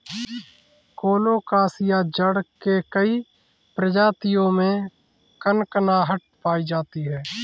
colocasia जड़ के कई प्रजातियों में कनकनाहट पायी जाती है